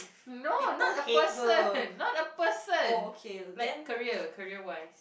no not a person not a person like career career wise